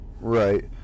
Right